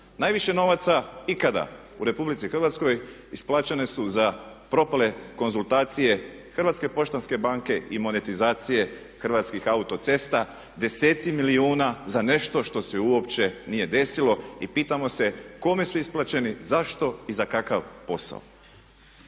najviše novaca ikada u RH isplaćene su za propale konzultacije Hrvatske poštanske banke i monetizacije Hrvatskih autocesta, deseci milijuna za nešto što se uopće nije desilo i pitamo se kome su isplaćeni, zašto i za kakav posao.